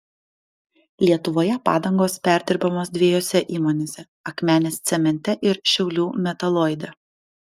lietuvoje padangos perdirbamos dviejose įmonėse akmenės cemente ir šiaulių metaloide